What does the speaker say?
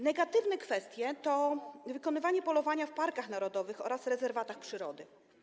Negatywne kwestie to wykonywanie polowania w parkach narodowych oraz rezerwatach przyrody.